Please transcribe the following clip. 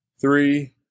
three